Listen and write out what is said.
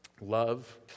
love